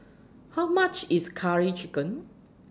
How much IS Curry Chicken